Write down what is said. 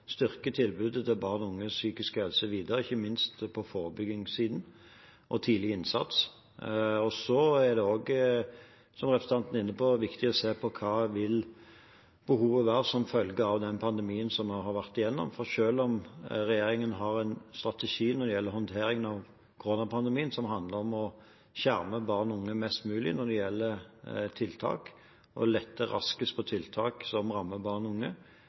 styrke tilbudet til barn og unges psykiske helse videre, ikke minst på forebyggingssiden og tidlig innsats. Det er, som representanten er inne på, viktig å se på hva behovet vil være som følge av den pandemien vi har vært gjennom. For selv om regjeringen har en strategi når det gjelder håndteringen av koronapandemien som handler om å skjerme barn og unge mest mulig når det gjelder tiltak, og lette raskest på tiltak som rammer barn og unge,